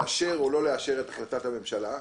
לאשר או לא לאשר את החלטת הממשלה.